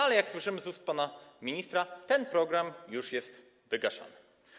Ale jak słyszymy z ust pana ministra, ten program jest już wygaszany.